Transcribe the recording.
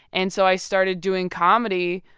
and so i started doing comedy,